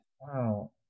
Wow